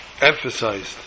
emphasized